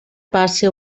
passe